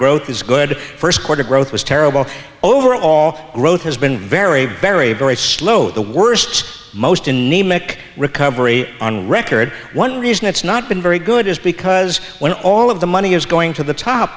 growth is good first quarter growth was terrible overall growth has been very very very slow the worst most in need mc recovery on record one reason it's not been very good is because when all of the money is going to the top